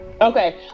Okay